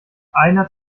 einer